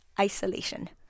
Isolation